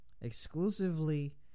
Exclusively